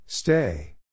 Stay